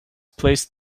placed